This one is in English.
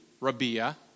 Rabia